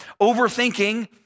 overthinking